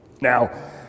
now